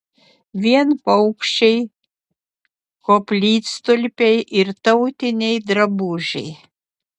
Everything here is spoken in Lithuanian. vien paukščiai koplytstulpiai ir tautiniai drabužiai